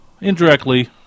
indirectly